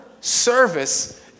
service